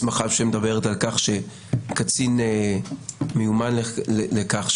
הסמכה שמדברת על כך שקצין מיומן לכך,